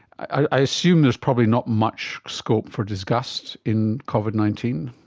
i assume there's probably not much scope for disgust in covid nineteen?